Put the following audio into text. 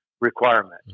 requirement